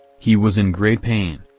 he was in great pain.